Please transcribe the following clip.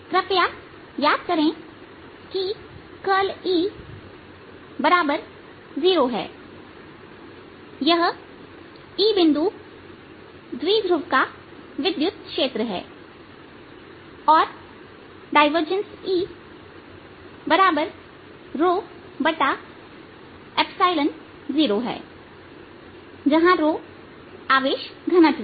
कृपया याद करें कि करल E0 है यह E बिंदु द्विध्रुव का विद्युत क्षेत्र है और डायवर्जेंस E0जहां आवेश घनत्व है